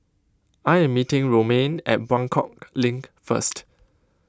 I am meeting Romaine at Buangkok Link first